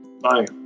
Bye